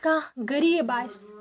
کانٛہہ غریٖب آسہِ